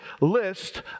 list